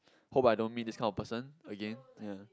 hope I don't meet this kind of person again ya